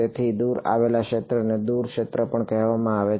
તેથી દૂર આવેલા આ ક્ષેત્રને દૂર ક્ષેત્ર પણ કહેવામાં આવે છે